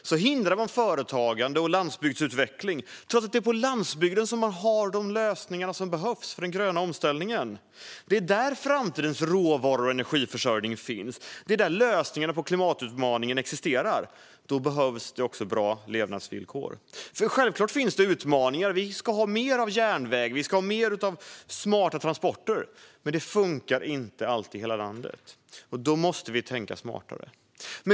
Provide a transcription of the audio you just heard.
Därmed hindras företagande och landsbygdsutveckling, trots att det är på landsbygden som man har de lösningar som behövs för den gröna omställningen. Det är där framtidens råvaror och energiförsörjning finns. Det är där lösningarna på klimatutmaningen existerar. Då behövs det också bra levnadsvillkor. Självklart finns det utmaningar. Vi ska ha mer av järnväg. Vi ska ha mer av smarta transporter. Men det funkar inte alltid i hela landet. Då måste vi tänka smartare.